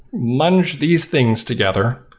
lunge these things together,